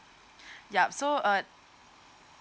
yup so uh